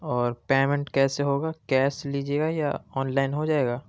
اور پیمینٹ کیسے ہوگا کیش لیجئے گا یا آن لائن ہو جائے گا